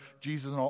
Jesus